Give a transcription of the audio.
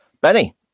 Benny